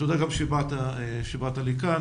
תודה גם שבאת לכאן.